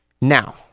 Now